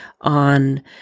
on